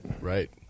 Right